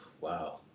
Wow